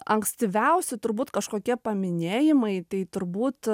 ankstyviausi turbūt kažkokie paminėjimai tai turbūt